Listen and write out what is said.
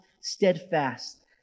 steadfast